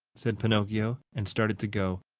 said pinocchio and started to go.